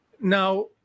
Now